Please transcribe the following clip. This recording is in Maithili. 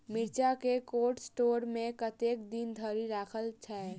मिर्चा केँ कोल्ड स्टोर मे कतेक दिन धरि राखल छैय?